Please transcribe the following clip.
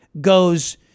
goes